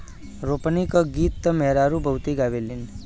रोपनी क गीत त मेहरारू बहुते गावेलीन